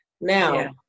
Now